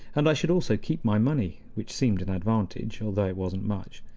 and i should also keep my money, which seemed an advantage, though it wasn't much.